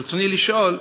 ברצוני לשאול: